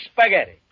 spaghetti